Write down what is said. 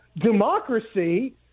democracy